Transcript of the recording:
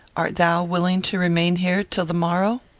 art thou willing to remain here till the morrow?